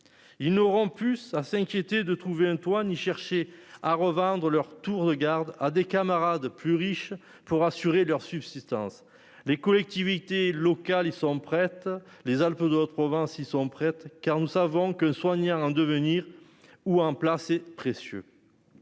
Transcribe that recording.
ils n'auront plus à s'inquiéter de trouver un toit ni cherché à revendre leurs tours de garde à des camarades plus riche pour assurer leur subsistance. Les collectivités locales sont prêtes, les. Alpes-de-Haute-Provence, ils sont prêtes, car nous savons que soignants un devenir ou un plat c'est précieux.